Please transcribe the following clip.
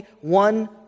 one